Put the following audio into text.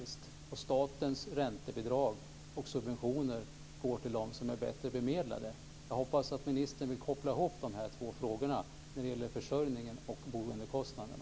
Statens räntebidrag och subventioner går till dem som är bättre bemedlade. Jag hoppas att ministern vill koppla ihop de här två frågorna, om försörjningen och boendekostnaderna.